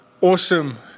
awesome